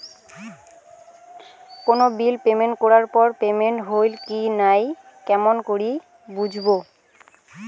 কোনো bill payment করার পর পেমেন্ট হইল কি নাই কেমন করি বুঝবো?